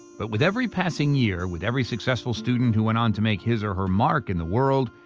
but with every passing year, with every successful student who went on to make his or her mark in the world,